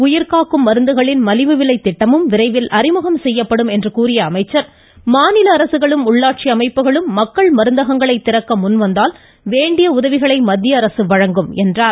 உயிர்காக்கும் மருந்துகளின் மலிவு விலை திட்டமும் விரைவில் அறிமுகம் செய்யப்படும் என்று கூறிய அமைச்சர் மாநில அரசுகளும் உள்ளாட்சி அமைப்புகளும் மக்கள் மருந்தங்களை திறக்க முன்வந்தால் வேண்டிய உதவிகளை மத்திய அரசு வழங்கும் என்றார்